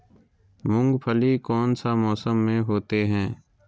मूंगफली कौन सा मौसम में होते हैं?